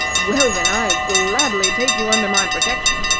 well, then, i gladly take you under my protection.